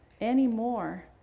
anymore